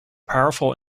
powerful